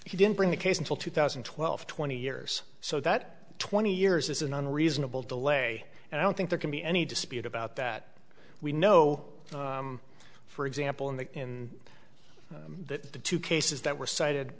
he didn't bring the case until two thousand and twelve twenty years so that twenty years is an unreasonable delay and i don't think there can be any dispute about that we know for example in the in the two cases that were